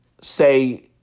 say